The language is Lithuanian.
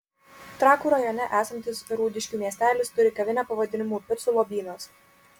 trakų rajone esantis rūdiškių miestelis turi kavinę pavadinimu picų lobynas